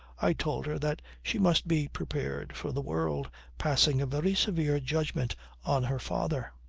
i told her that she must be prepared for the world passing a very severe judgment on her father.